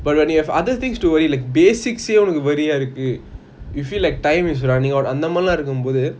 but when you have other things to worry like basic உன்னக்கு:unnaku worry eh இருக்கு:iruku you feel like time is running out அந்த மார்லன் இருக்கும் போது:antha maarilam irukum bothu